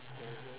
mmhmm